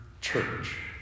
church